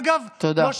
תודה.